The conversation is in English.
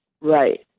right